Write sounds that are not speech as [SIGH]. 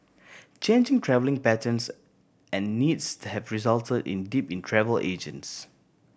changing travelling patterns and needs [UNINTELLIGIBLE] have result in a dip in travel agents